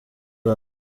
bwazo